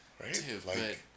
right